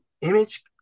image